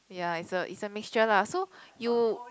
ya it's a it's a mixture lah so you